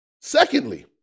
Secondly